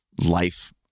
life